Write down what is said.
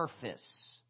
surface